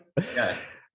Yes